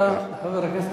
תודה לחבר הכנסת נסים זאב.